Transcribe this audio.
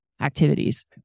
activities